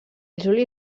juli